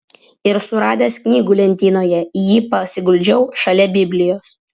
ir suradęs knygų lentynoje jį pasiguldžiau šalia biblijos